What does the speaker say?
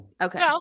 okay